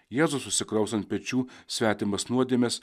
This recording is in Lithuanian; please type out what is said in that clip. jėzus užsikraus ant pečių svetimas nuodėmes